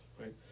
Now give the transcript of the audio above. right